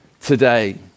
today